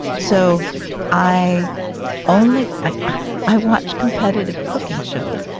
so i only and i watch competitive cooking shows.